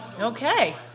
Okay